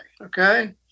Okay